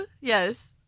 Yes